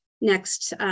next